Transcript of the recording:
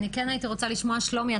שלומי,